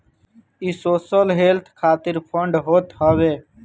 इ social wealth खातिर fund होत हवे